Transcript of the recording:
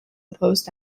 opposed